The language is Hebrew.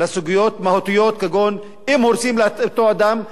לסוגיות מהותיות כגון: אם הורסים לאותו אדם,